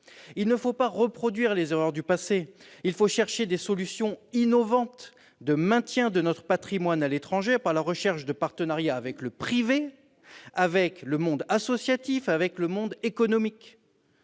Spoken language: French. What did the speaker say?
Il ne faut pas reproduire les erreurs du passé ! Il faut chercher des solutions innovantes pour maintenir notre patrimoine à l'étranger grâce à la recherche de partenariats avec le secteur privé, le monde associatif et le monde économique.